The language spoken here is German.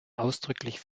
ausdrücklich